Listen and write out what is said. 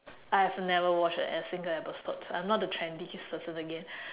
I have never watch a single episode I'm not the trendy person again